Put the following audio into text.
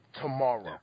tomorrow